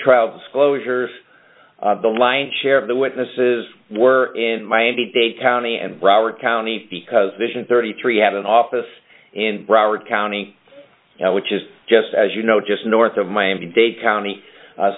trial disclosures the lion's share of the witnesses were in miami dade county and broward county because vision thirty three have an office in broward county which is just as you know just north of miami dade county